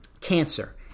cancer